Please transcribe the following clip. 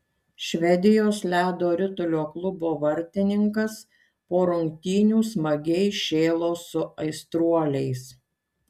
švedijos ledo ritulio klubo vartininkas po rungtynių smagiai šėlo su aistruoliais